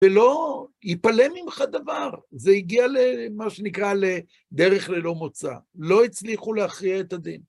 ולא יפלא ממך דבר, זה הגיע למה שנקרא לדרך ללא מוצא, לא הצליחו להכריע את הדין.